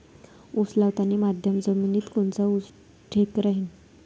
उस लावतानी मध्यम जमिनीत कोनचा ऊस ठीक राहीन?